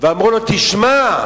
ואמרו לו: תשמע,